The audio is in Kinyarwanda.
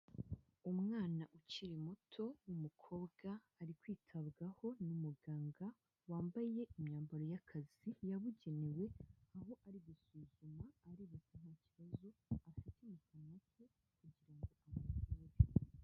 Umwana ukiri muto umukobwa ari kwitabwaho n'umuganga wambaye imyambaro y'akazi yabugenewe, aho ari gusuzuma areba ko nta kibazo afite mu kanwa ke kugira ngo amuvure.